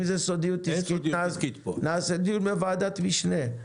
אם זאת סודיות עסקית נעשה פה דיון בוועדת משנה.